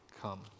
come